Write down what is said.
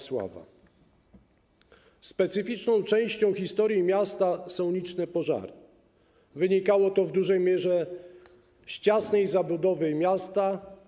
Specyficzną częścią historii miasta są liczne pożary, które wynikały w dużej mierze z ciasnej zabudowy miasta.